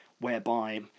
whereby